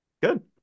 Good